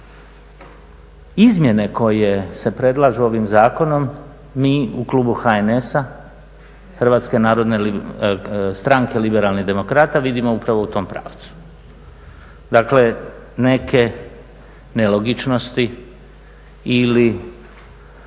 Izmjene koje se predlažu ovim zakonom mi u klubu HNS-a, Hrvatske narodne stanke-Liberalnih demokrata vidimo upravo u tom pravcu. Dakle neke nelogičnosti ili